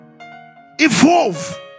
Evolve